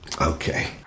Okay